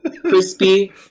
crispy